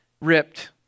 ripped